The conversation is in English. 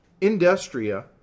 industria